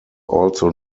also